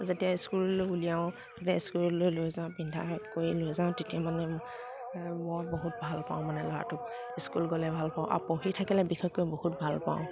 যেতিয়া স্কুললৈ উলিয়াও যেতিয়া স্কুললৈ লৈ যাওঁ পিন্ধাই কৰি লৈ যাওঁ তেতিয়া মানে মই বহুত ভালপাওঁ মানে ল'ৰাটোক স্কুল গ'লে ভালপাওঁ আৰু পঢ়ি থাকিলে বিশেষকৈ বহুত ভালপাওঁ